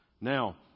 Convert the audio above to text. Now